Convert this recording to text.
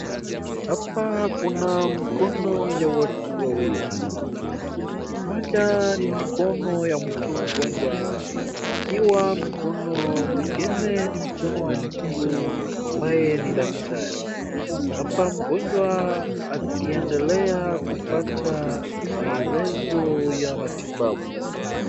Hapa kuna mkono ya watu wawili. Kuna mimoja ni mikono ya mtu mgonjwa ikiwa mikono mwingine ni mkono wa mtu ambaye ni daktari. Hapa mgonjwa akiendelea kupata maelezo ya matibabu.